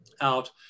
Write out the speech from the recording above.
out